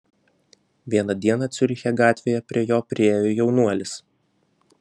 vieną dieną ciuriche gatvėje prie jo priėjo jaunuolis